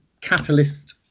catalyst